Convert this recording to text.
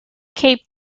cape